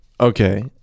Okay